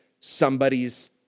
somebody's